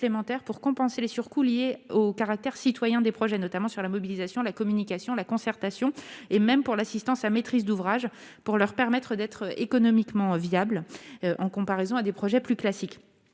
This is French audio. pour compenser les surcoûts liés au caractère citoyen des projets, notamment sur la mobilisation de la communication, la concertation, et même pour l'assistance à maîtrise d'ouvrage pour leur permettre d'être économiquement viable en comparaison à des projets plus classique,